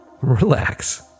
relax